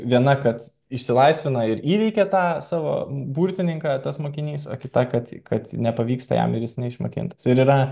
viena kad išsilaisvina ir įveikia tą savo burtininką tas mokinys kita kad kad nepavyksta jam ir jis neišmokintas ir yra